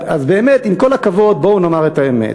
באמת, עם כל הכבוד, בואו נאמר את האמת.